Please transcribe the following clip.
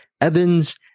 Evans